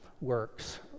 works